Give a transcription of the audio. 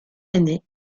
aîné